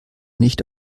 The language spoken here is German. nicht